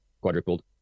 quadrupled